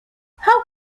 how